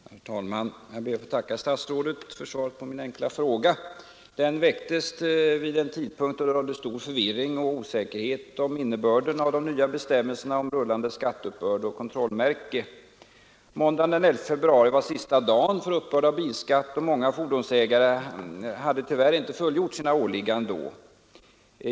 Herr talman! Jag ber att få tacka statsrådet för svaret på min enkla fråga. Den framställdes vid en tidpunkt då det rådde stor förvirring och osäkerhet om innebörden av de nya bestämmelserna om rullande skatteuppbörd och kontrollmärke. Måndagen den 11 februari var sista dag för uppbörd av bilskatt. Många fordonsägare hade tyvärr inte fullgjort sina åligganden då.